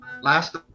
Last